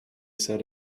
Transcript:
said